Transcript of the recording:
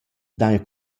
daja